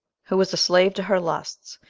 who was a slave to her lusts,